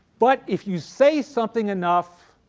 but if you say something enough,